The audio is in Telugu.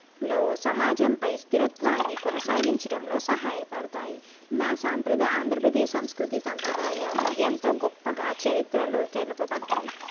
లో సమాజంపై స్థిరత్వాన్ని కొనసాగించడంలో సహాయపడతాయి మా సాంప్రదాయ ఆంధ్రప్రదేశ్ సంస్కృతి సాంప్రదాయాలు ఎంతో గొప్పగా చరిత్రలో తెలపబడతాయి